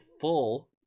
full